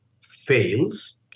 fails